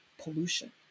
pollution